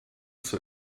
zur